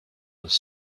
was